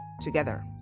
together